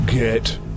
Get